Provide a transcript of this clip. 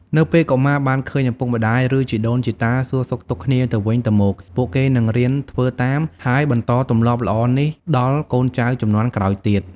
នៅពេលកុមារបានឃើញឪពុកម្ដាយ ឬជីដូនជីតាសួរសុខទុក្ខគ្នាទៅវិញទៅមក ពួកគេនឹងរៀនធ្វើតាម ហើយបន្តទម្លាប់ល្អនេះដល់កូនចៅជំនាន់ក្រោយទៀត។